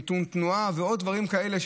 מיתון תנועה ועוד דברים כאלה,